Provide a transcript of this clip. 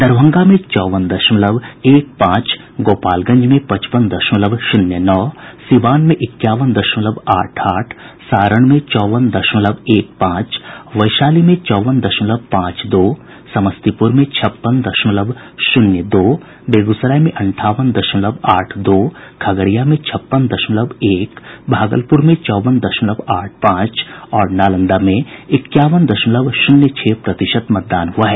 दरभंगा में चौवन दशमलव एक पांच गोपालगंज में पचपन दशमलव शून्य नौ सीवान में इक्यावन दशमलव आठ आठ सारण में चौवन दशमलव एक पांच वैशाली में चौवन दशमलव पांच दो समस्तीपुर में छप्पन दशमलव शुन्य दो बेगूसराय में अंठावन दशमलव आठ दो खगड़िया में छप्पन दशमलव एक भागलपुर में चौवन दशमलव आठ पांच और नालंदा में इक्यावन दशमलव शून्य छह प्रतिशत मतदान हुआ है